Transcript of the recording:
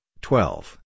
twelve